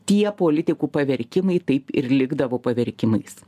tie politikų paverkimai taip ir likdavo paverkimais